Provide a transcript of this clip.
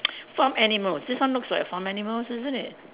farm animals this one looks like a farm animals isn't it